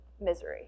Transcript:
misery